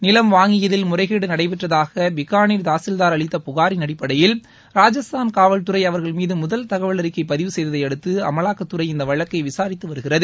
நிலம் வாங்கியதில் முறைகேடு நடைபெற்றதாக பிக்கானீர் தாசில்தார் அளித்த புகாரின் அடிப்படையில் ராஜஸ்தான் காவல்துறை அவர்கள் மீது முதல் தகவல் அறிக்கை பதிவு செய்ததையடுத்து அமலாக்கத்துறை இந்த வழக்கை விசாரித்து வருகிறது